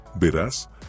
Verás